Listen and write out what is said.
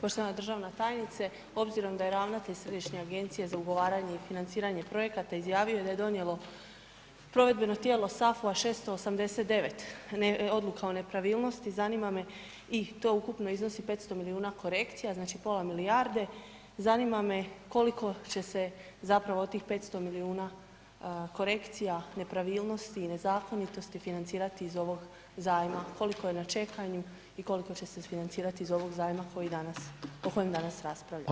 Poštovana državna tajnice obzirom da je ravnatelj Središnje agencije za ugovaranje i financiranje projekata izjavio da je donijelo provedbeno tijelo SAFU-a 689 odluka o nepravilnosti zanima me i to ukupno iznosi 500 milijuna korekcija, znači pola milijarde, zanima me koliko će se zapravo od tih 500 milijuna korekcija, nepravilnosti, nezakonitosti financirati iz ovog zajma, koliko je na čekanju i koliko će se isfinancirati iz ovog zajma o kojem danas raspravljamo.